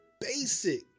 basic